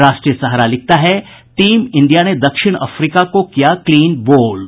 राष्ट्रीय सहारा लिखता है टीम इंडिया ने दक्षिण अफ्रीका को किया क्लीन बोल्ड